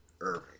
Irving